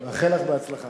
מאחל לך הצלחה.